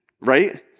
right